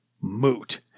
Moot